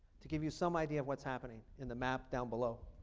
to give you some idea of what's happening in the map down below.